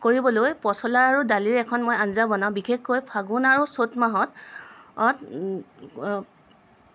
পচলা আৰু দালিৰ মই এখন আঞ্জা বনাওঁ বিশেষকৈ ফাগুণ আৰু চ'ত মাহত